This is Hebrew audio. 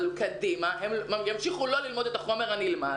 אבל קדימה, הם ימשיכו לא ללמוד את החומר הנלמד,